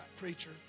preacher